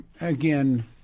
Again